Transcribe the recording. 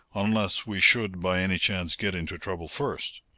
unless we should by any chance get into trouble first.